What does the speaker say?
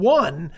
one